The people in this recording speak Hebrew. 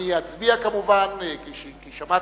אני אצביע, כמובן, כי שמעתי,